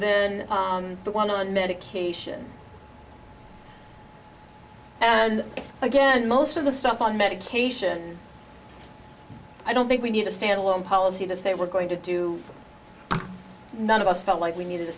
then the one on medication and again most of the stuff on medication i don't think we need a stand alone policy to say we're going to do none of us felt like we needed a